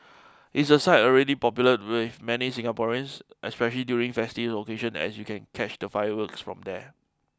it's a site already popular with many Singaporeans especially during festive occasions as you can catch the fireworks from there